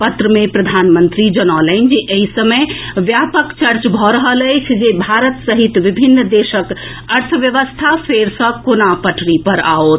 पत्र मे प्रधानमंत्री जनौलनि जे एहि समय व्यापक चर्चा भऽ रहल अछि जे भारत सहित विभिन्न देशक अर्थव्यवस्था फेर सँ कोना पटरी पर आओत